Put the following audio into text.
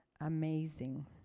Amazing